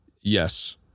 yes